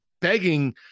begging